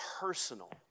personal